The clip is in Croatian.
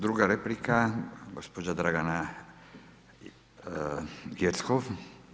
Druga replika, gospođa Dragana Jeckov.